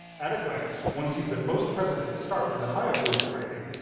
at a glance, one sees that most presidents start with a high approval rating,